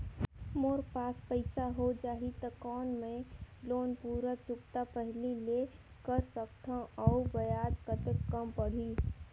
मोर पास पईसा हो जाही त कौन मैं लोन पूरा चुकता पहली ले कर सकथव अउ ब्याज कतेक कम पड़ही?